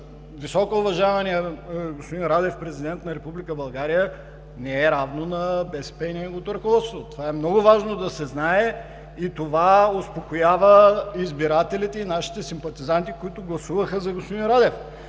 високо уважаваният господин Радев, президент на Република България, не е равно на БСП и неговото ръководство. Това е много важно да се знае и това успокоява избирателите и нашите симпатизанти, които гласуваха за господин Радев.